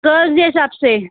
girls जे हिसाब से